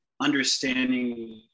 understanding